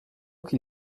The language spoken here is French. qu’il